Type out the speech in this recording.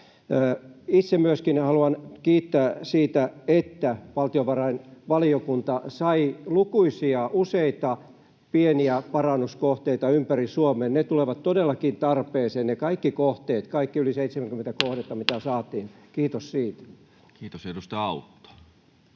Itse myöskin haluan kiittää siitä, että valtiovarainvaliokunta sai lukuisia, useita pieniä parannuskohteita ympäri Suomen. Ne tulevat todellakin tarpeeseen, ne kaikki yli 70 kohdetta, mitä saatiin — kiitos siitä. Kiitos. — Edustaja